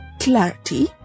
clarity